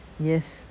yes